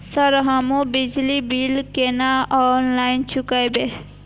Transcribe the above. Sir हमू बिजली bill केना ऑनलाईन चुकेबे?